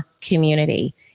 community